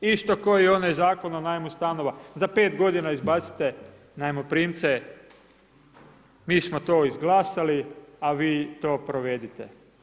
Isto kao i onaj Zakon o najmu stanova za 5 godina izbacite najmoprimce, mi smo to izglasali, a vi to provedite.